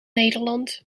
nederland